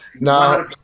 Now